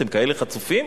אתם כאלה חצופים?